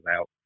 out